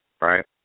right